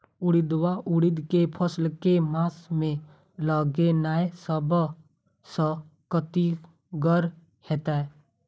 उड़ीद वा उड़द केँ फसल केँ मास मे लगेनाय सब सऽ उकीतगर हेतै?